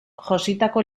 jositako